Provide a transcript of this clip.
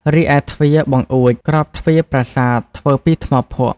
រីឯទ្វារ បង្អួច ក្របទ្វារប្រាសាទធ្វើពីថ្មភក់។